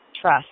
trust